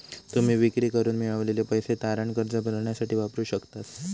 तुम्ही विक्री करून मिळवलेले पैसे तारण कर्ज भरण्यासाठी वापरू शकतास